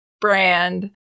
brand